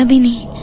ah money.